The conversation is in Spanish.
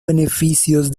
beneficios